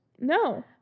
No